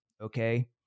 okay